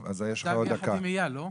אתה מייצג את אייל, נכון?